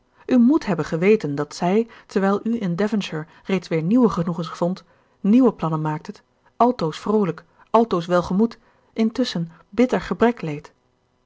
u moet hebben geweten dat zij terwijl u in devonshire reeds weer nieuwe genoegens vondt nieuwe plannen maaktet altoos vroolijk altoos welgemoed intusschen bitter gebrek leed